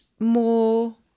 more